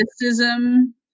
criticism